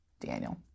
Daniel